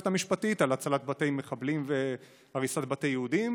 המשפטית על הצלת בתי מחבלים והריסת בתי יהודים,